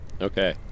Okay